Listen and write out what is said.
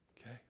Okay